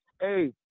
Hey